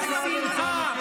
תתבייש לך.